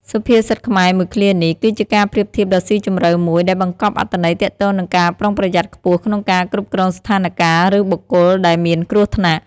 សុភាសិតខ្មែរមួយឃ្លានេះ គឺជាការប្រៀបធៀបដ៏ស៊ីជម្រៅមួយដែលបង្កប់អត្ថន័យទាក់ទងនឹងការប្រុងប្រយ័ត្នខ្ពស់ក្នុងការគ្រប់គ្រងស្ថានការណ៍ឬបុគ្គលដែលមានគ្រោះថ្នាក់ ។